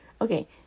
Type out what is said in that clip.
okay